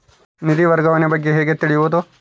ನಿಧಿ ವರ್ಗಾವಣೆ ಬಗ್ಗೆ ಹೇಗೆ ತಿಳಿಯುವುದು?